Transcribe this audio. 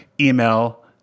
email